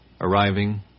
arriving